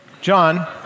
John